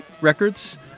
Records